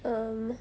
err